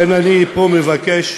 לכן, אני פה מבקש,